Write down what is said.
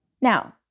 Now